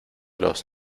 los